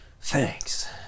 Thanks